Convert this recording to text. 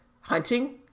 hunting